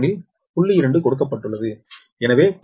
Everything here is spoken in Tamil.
2 கொடுக்கப்பட்டுள்ளது எனவே 0